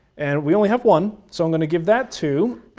and we only have one, so i'm going to give that to